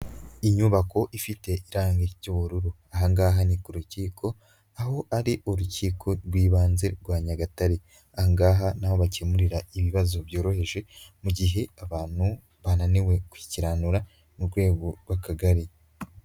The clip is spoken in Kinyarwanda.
Inyubako ifite irange ry'ubururu. Aha ngaha ni ku urukiko, aho ari urukiko rw'ibanze rwa Nyagatare. Aha ngaha ni aho bakemurira ibibazo byoroheje, mu gihe abantu bananiwe kwikiranura mu rwego rw'akagari.